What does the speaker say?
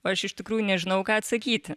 o aš iš tikrųjų nežinau ką atsakyti